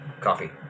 Coffee